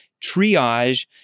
triage